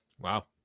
Wow